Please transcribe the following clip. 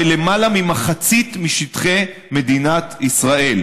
בלמעלה ממחצית משטחי מדינת ישראל.